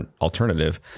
alternative